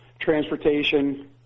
transportation